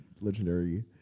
legendary